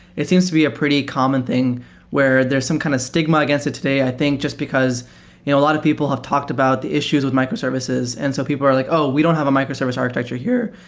it seems to be a pretty common thing where there's some kind of stigma against it today. i think jus t because you know a lot of people have talked about the issues with microservices, and so people are like, oh! we don't have a microservice architecture here.